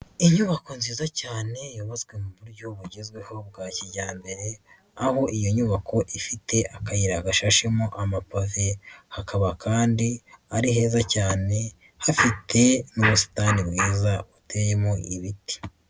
Inyubako nziza cyane yubatswe mu buryo bugezweho bwa kijyambere, aho iyo nyubako ifite akayira gashashemo amapave, hakaba kandi ari heza cyane hafite n'ubusitani bwiza buteyemo ibiti.